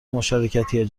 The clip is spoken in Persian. مشارکتی